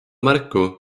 märku